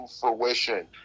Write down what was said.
fruition